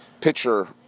pitcher